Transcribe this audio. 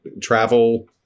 travel